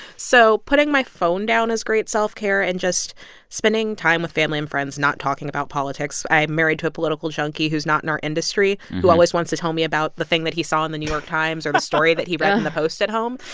so putting my phone down is great self-care and just spending time with family and friends not talking about politics. i'm married to a political junkie who's not in our industry who always wants to tell me about the thing that he saw on the new york times or the story that he read in the post at home.